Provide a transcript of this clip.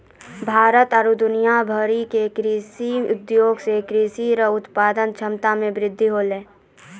भारत आरु दुनिया भरि मे कृषि उद्योग से कृषि रो उत्पादन क्षमता मे वृद्धि होलै